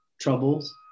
troubles